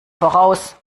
voraus